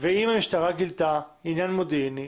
ואם המשטרה גילתה עניין מודיעיני,